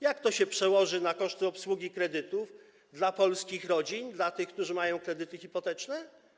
Jak to się przełoży na koszty obsługi kredytów dla polskich rodzin, dla tych, którzy mają kredyty hipoteczne?